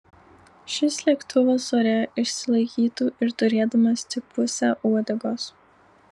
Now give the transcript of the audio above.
šis lėktuvas ore išsilaikytų ir turėdamas tik pusę uodegos